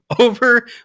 over